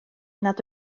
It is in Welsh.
nad